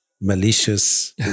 malicious